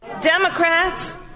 Democrats